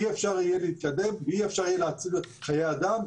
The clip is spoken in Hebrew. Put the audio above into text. אי אפשר יהיה להתקדם ואי אפשר יהיה להציל חיי אדם,